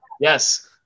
Yes